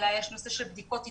אלא ישנן גם בדיקות התפתחות,